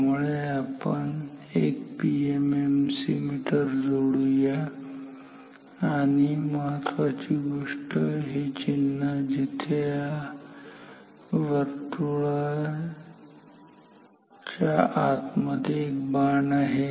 त्यामुळे आपण एक पीएमएमसी मीटर जोडुया आणि एक महत्त्वाची गोष्ट हे चिन्ह जिथे आपल्याकडे वर्तुळाच्या आत मध्ये एक बाण आहे